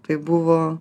tai buvo